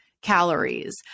calories